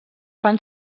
fan